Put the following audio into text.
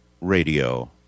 radio